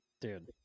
dude